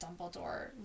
Dumbledore